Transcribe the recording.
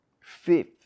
Fifth